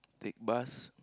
take bus